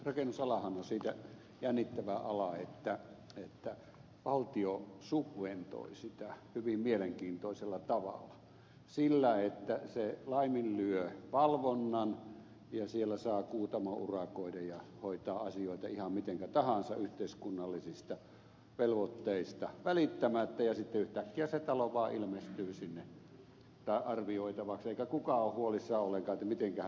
rakennusalahan on siitä jännittävä ala että valtio subventoi sitä hyvin mielenkiintoisella tavalla sillä että se laiminlyö valvonnan ja siellä saa kuutamourakoida ja hoitaa asioita ihan mitenkä tahansa yhteiskunnallisista velvoitteista välittämättä ja sitten yhtäkkiä se talo vaan ilmestyy sinne arvioitavaksi eikä kukaan ole huolissaan ollenkaan että mitenkähän se temppu tehtiin